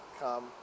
come